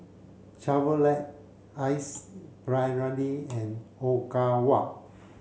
Chevrolet Ace Brainery and Ogawa